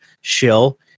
shill